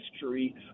history